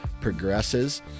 progresses